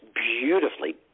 beautifully